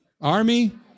army